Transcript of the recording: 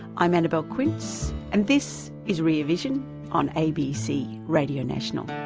i'm annabelle quince, and this is rear vision on abc radio national.